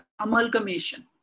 amalgamation